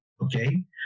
Okay